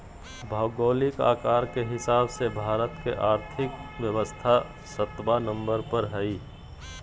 भौगोलिक आकार के हिसाब से भारत के और्थिक व्यवस्था सत्बा नंबर पर हइ